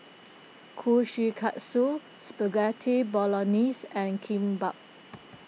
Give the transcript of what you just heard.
Kushikatsu Spaghetti Bolognese and Kimbap